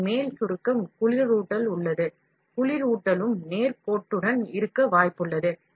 அதன் மேல் சுருக்கம் குளிரூட்டலும் உள்ளது குளிரூட்டலும் நேர்கோட்டுடன் இருக்க வாய்ப்புள்ளது